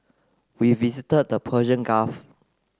we visited the Persian Gulf